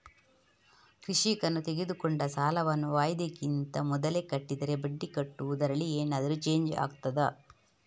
ಕೃಷಿಕನು ತೆಗೆದುಕೊಂಡ ಸಾಲವನ್ನು ವಾಯಿದೆಗಿಂತ ಮೊದಲೇ ಕಟ್ಟಿದರೆ ಬಡ್ಡಿ ಕಟ್ಟುವುದರಲ್ಲಿ ಏನಾದರೂ ಚೇಂಜ್ ಆಗ್ತದಾ?